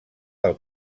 del